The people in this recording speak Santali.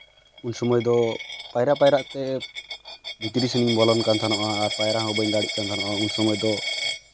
ᱩᱱ ᱥᱚᱢᱚᱭ ᱫᱚ ᱯᱟᱭᱨᱟ ᱯᱟᱭᱨᱟ ᱛᱮ ᱵᱷᱤᱛᱨᱤ ᱥᱮᱱᱤᱧ ᱵᱚᱞᱚᱱ ᱠᱟᱱ ᱛᱟᱦᱮᱱᱚᱜᱼᱟ ᱟᱨ ᱯᱟᱭᱨᱟ ᱦᱚᱸᱵᱟᱹᱧ ᱫᱟᱲᱮᱭᱟᱜ ᱠᱟᱱ ᱛᱟᱦᱮᱱᱚᱜᱼᱟ ᱩᱱ ᱥᱚᱢᱚᱭ ᱫᱚ